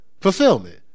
fulfillment